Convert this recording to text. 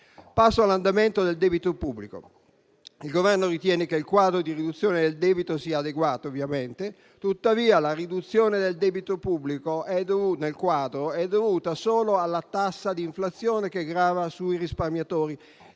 Passo all'andamento del debito pubblico. Il Governo ritiene, ovviamente, che il quadro di riduzione del debito sia adeguato. Tuttavia, la riduzione del debito pubblico nel quadro è dovuta solo alla tassa d'inflazione che grava sui risparmiatori: